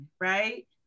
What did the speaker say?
right